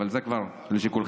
אבל זה כבר לשיקולכם.